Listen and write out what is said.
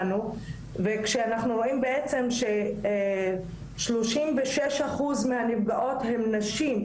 וכשאנחנו רואים שבעצם 36% מהנפגעות הן נשים,